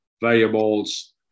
variables